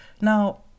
Now